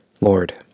Lord